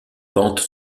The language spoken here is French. pentes